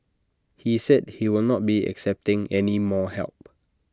he said he will not be accepting any more help